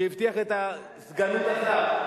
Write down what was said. שהבטיח את סגנות השר.